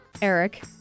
Eric